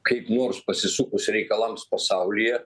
kaip nors pasisukus reikalams pasaulyje